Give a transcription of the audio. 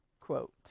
quote